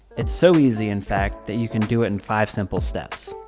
it's so easy in fact that you can do it in five simple steps.